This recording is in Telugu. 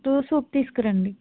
టూ సూప్ తీసుకురండి